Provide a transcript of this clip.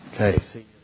Okay